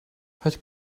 het